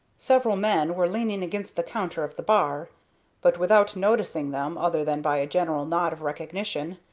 several men were leaning against the counter of the bar but without noticing them other than by a general nod of recognition,